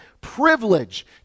privilege